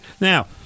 Now